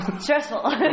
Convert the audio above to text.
Stressful